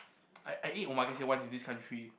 I I eat Omakase once in this country